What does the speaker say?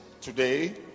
today